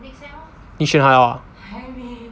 你选好了 ah